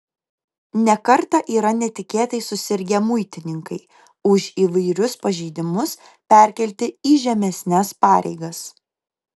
ne kartą yra netikėtai susirgę muitininkai už įvairius pažeidimus perkelti į žemesnes pareigas